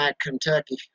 Kentucky